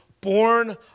born